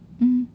hmm